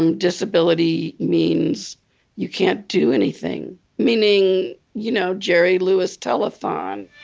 um disability means you can't do anything. meaning, you know, jerry lewis telethon